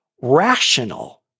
rational